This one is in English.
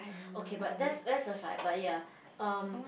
okay but that's that's aside but ya um